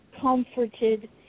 comforted